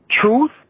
truth